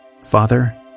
Father